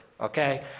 Okay